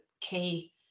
key